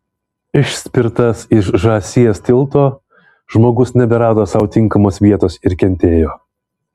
išspirtas iš žąsies tilto žmogus neberado sau tinkamos vietos ir kentėjo